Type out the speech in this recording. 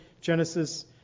Genesis